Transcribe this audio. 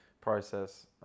process